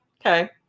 Okay